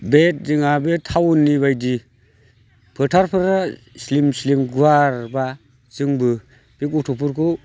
बे जोंहा बे थाउननि बायदि फोथारफोरा स्लिम स्लिम गुवारबा जोंबो बे गथ'फोरखौ